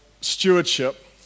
stewardship